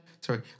sorry